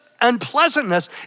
unpleasantness